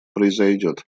произойдет